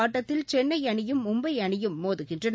ஆட்டத்தில் சென்னை அணியும் மும்பை அணியும் மோதுகின்றன